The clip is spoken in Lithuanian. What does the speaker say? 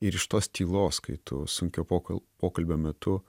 ir iš tos tylos kai tu sunkio pokal pokalbio metu